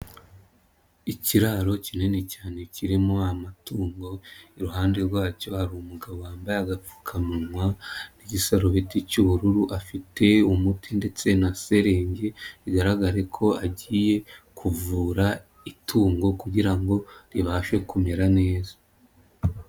Ikiraro kinini cyane kirimo amatungo, iruhande rwacyo hari umugabo wambaye agapfukamunwa n'igisarubiti cy'ubururu, afite umuti ndetse na selenge, bigaragare ko agiye kuvura itungo kugira ngo ribashe kumera neza.